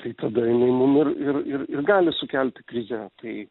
tai tada jinai mum ir ir ir ir gali sukelti krizę tai